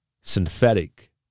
synthetic